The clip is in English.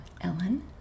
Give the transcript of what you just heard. Ellen